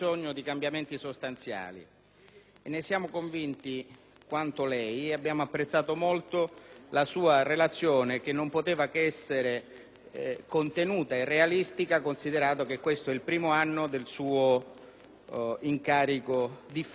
ne siamo convinti quanto lei, signor Ministro, e abbiamo apprezzato molto la sua relazione, che non poteva che essere contenuta e realistica, considerato che questo è il primo anno del suo difficile incarico ministeriale.